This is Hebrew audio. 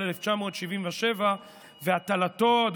של 1977. הטלתה על המוסד,